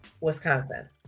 Wisconsin